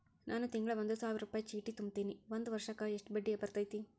ನಾನು ತಿಂಗಳಾ ಒಂದು ಸಾವಿರ ರೂಪಾಯಿ ಚೇಟಿ ತುಂಬತೇನಿ ಒಂದ್ ವರ್ಷಕ್ ಎಷ್ಟ ಬಡ್ಡಿ ಬರತೈತಿ?